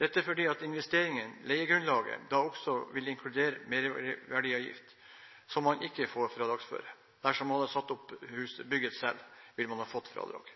Dette er fordi investeringen, leiegrunnlaget, da også vil inkludere merverdiavgiften, som man ikke får fradragsføre. Dersom man hadde satt opp huset selv, ville man ha fått fradrag.